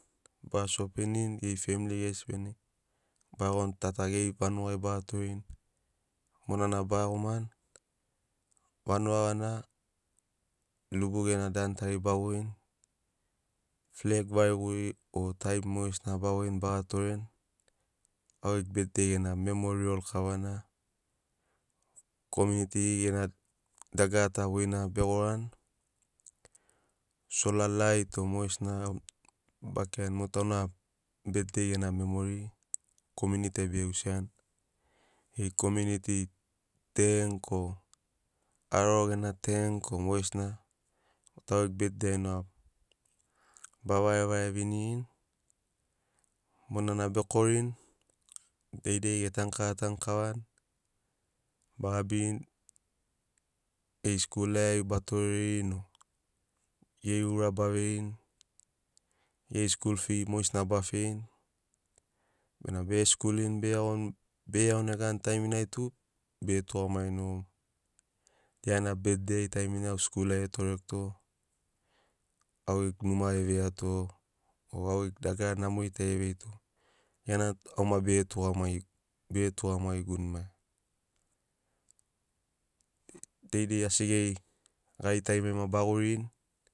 Ba shopinini geri femli gesi bene ba iagoni ta ta geri vanugai ba torerini monana ba iagomani vanuga gana lubu gena dabu tari ba voini fleg variguri o tari mogesina ba voini ba toreni au gegu betdei gena memori kavana. Komiuniti gena dagarata voina be gorani sola lait o mogesina kirarini motu auna betdei gena memori komiuniti ai bege iusiani. Geri komiuniti tenk or aroro gena tenk o mogesina mot u au gegu betdei ai ba varevare vinirini monana bekorini deidei ge tanu kava tanu kavani baga birini geri skul ai ba torerini o geri r aba veirini geri skul fi mogesina ba feirini bene bege skulini bege iagoni bege iaunegani taiminai tu bege tugamagini o gia gena betdei taiminai tu au skul ai etoreguto, au gegu numa eveiato o au gegu dagara namori tari eveirito gia na tu au ma bege tugamagiguni maia deidei asi geri gari tarimari ma ba goririni